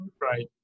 right